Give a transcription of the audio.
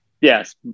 Yes